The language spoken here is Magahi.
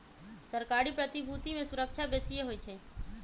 सरकारी प्रतिभूति में सूरक्षा बेशिए होइ छइ